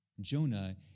Jonah